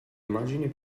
immagini